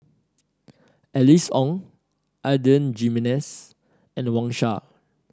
Alice Ong Adan Jimenez and Wang Sha